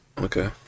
okay